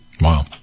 Wow